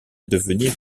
devenir